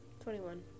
Twenty-one